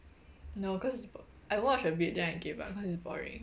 no cause it's bo~ I watch a bit then I gave up cause it's boring